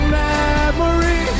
memory